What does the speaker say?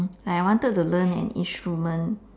I wanted to learn an instrument